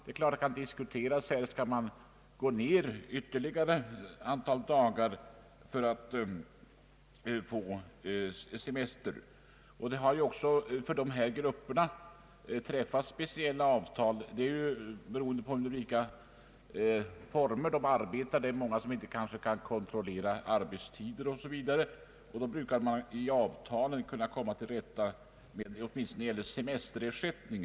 Det kan ju diskuteras om man skall reducera antalet arbetsdagar ytterligare för att få semester, och det har också för dessa grupper träffats speciella avtal, beroende på under vilka former de arbetar. För många är det inte möjligt att kontrollera arbetstider o.s. v., och då brukar man i avtalen kunna komma till rätta med dessa svårigheter åtminstone när det gäller semesterersättning.